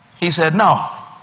he said no,